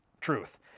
Truth